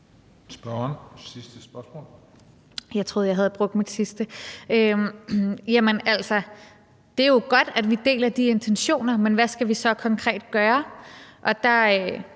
Kl. 13:55 Rosa Lund (EL): Jeg troede, jeg havde brugt mit sidste spørgsmål. Jamen det er jo godt, at vi deler de intentioner, men hvad skal vi så konkret gøre? Og der